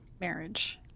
marriage